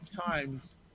times